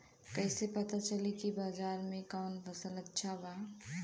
कैसे पता चली की बाजार में कवन फसल अच्छा बा?